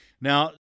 Now